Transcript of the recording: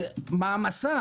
זה מעמסה.